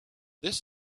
this